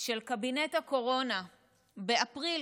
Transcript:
של קבינט הקורונה באפריל,